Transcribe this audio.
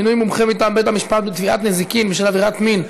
מינוי מומחה מטעם בית-המשפט בתביעת נזיקין בשל עבירת מין),